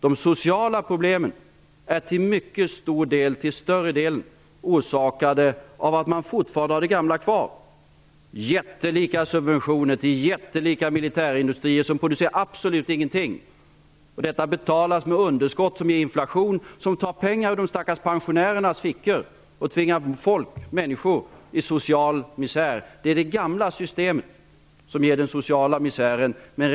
De sociala problemen är till större delen orsakade av att man fortfarande har det gamla kvar. Man ger jättelika subventioner till jättelika militärindustrier som producerar absolut ingenting. Detta betalas med underskott som ger inflation, som tar pengar ur de stackars pensionärernas fickor och tvingar människor ut i social misär. Det är det gamla systemet som ger den sociala misären.